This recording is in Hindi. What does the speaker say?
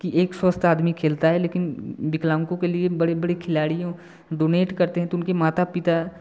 कि एक स्वस्थ आदमी खेलता है लेकिन विकलांगों के लिए बड़े बड़े खिलाड़ियों डोनेट करते हैं तो उनके माता पिता